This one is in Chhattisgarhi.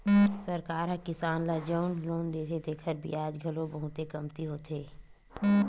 सरकार ह किसान ल जउन लोन देथे तेखर बियाज घलो बहुते कमती होथे